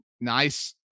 nice